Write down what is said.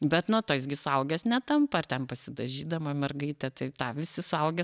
bet nuo to jis gi suaugęs netampa ar ten pasidažydama mergaitė tai tą visi suaugę